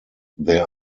there